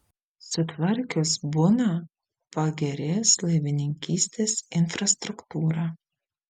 sutvarkius buną pagerės laivininkystės infrastruktūra